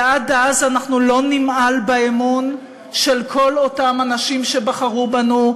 ועד אז אנחנו לא נמעל באמון של כל אותם אנשים שבחרו בנו,